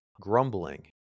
grumbling